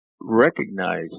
recognize